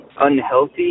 unhealthy